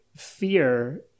Fear